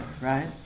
right